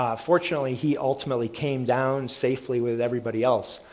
ah fortunately, he ultimately came down safely with everybody else.